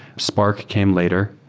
spark came later.